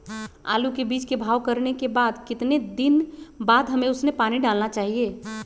आलू के बीज के भाव करने के बाद कितने दिन बाद हमें उसने पानी डाला चाहिए?